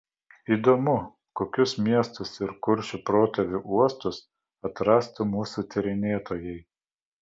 įdomu kokius miestus ir kuršių protėvių uostus atrastų mūsų tyrinėtojai